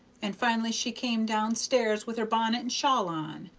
and finally she came down stairs with her bonnet and shawl on,